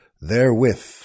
therewith